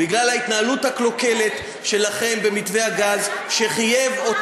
בגלל ההתנהלות הקלוקלת שלכם במתווה הגז, שלנו?